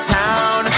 town